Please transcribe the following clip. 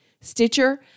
Stitcher